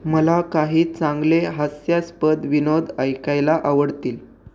मला काही चांगले हास्यास्पद विनोद ऐकायला आवडतील